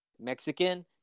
Mexican